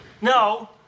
No